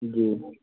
जी